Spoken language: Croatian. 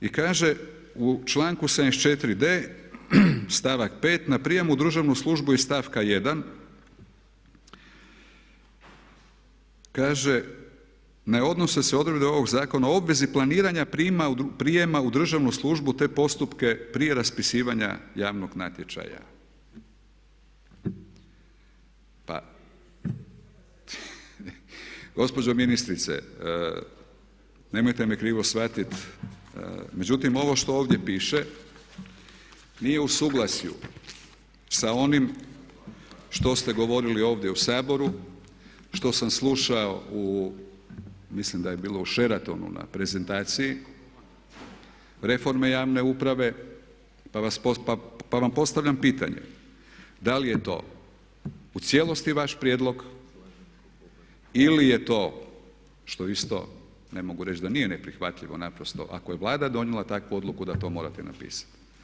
I kaže u članku 74.d stavak 5.:“Na prijam u državnu službu iz stavka 1. ne odnose se odredbe ovog zakona o obvezi planiranja prijema u državnu službu te postupke prije raspisivanja javnog natječaja.“ Pa gospođo ministrice nemojte me krivo shvatiti međutim ovo što ovdje piše nije u suglasju sa onim što ste govorili ovdje u Saboru, što sam slušao u mislim da je bilo u Sheratonu na prezentaciji reforme javne uprave pa vam postavljam pitanje da li je to u cijelosti vaš prijedlog ili je to što isto ne mogu reći da nije neprihvatljivo naprosto ako je Vlada donijela takvu odluku da to morate napisati.